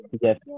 Yes